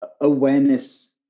awareness